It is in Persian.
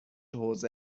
حوزه